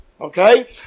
okay